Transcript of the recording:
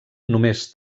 només